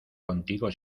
contigo